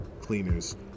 cleaners